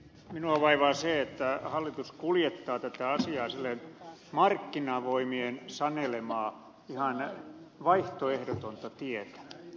minua vaivaa se että hallitus kuljettaa tätä asiaa markkinavoimien sanelemaa ihan vaihtoehdotonta tietä